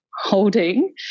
holding